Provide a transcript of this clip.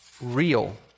real